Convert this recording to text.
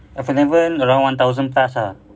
iphone eleven dalam one thousand plus ah